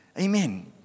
Amen